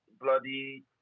bloody